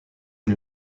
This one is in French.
une